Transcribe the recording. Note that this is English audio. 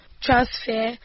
transfer